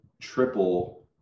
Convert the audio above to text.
triple